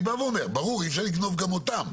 אני בא ואומר - ברור שאי אפשר לגנוב גם אותן.